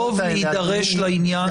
טוב להידרש לעניין.